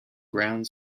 ground